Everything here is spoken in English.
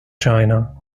china